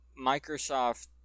Microsoft